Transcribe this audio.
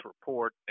report